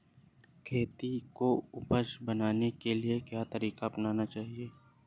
खेती को उपजाऊ बनाने के लिए क्या तरीका अपनाना चाहिए?